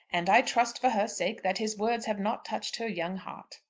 and i trust, for her sake, that his words have not touched her young heart.